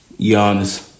Giannis